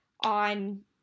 on